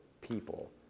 people